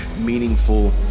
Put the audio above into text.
meaningful